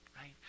right